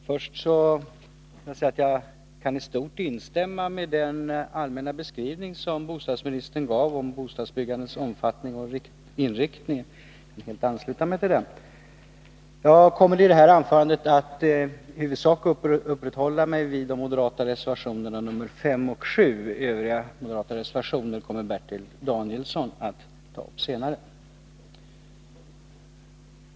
Fru talman! Jag kan i stort instämma i den allmänna beskrivning som bostadsministern gav av bostadsbyggandets omfattning och inriktning. Jag kommer i detta anförande i huvudsak att uppehålla mig vid de moderata reservationerna 5 och 7. Övriga moderata reservationer kommer Bertil Danielsson att ta upp senare.